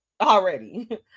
already